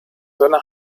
seine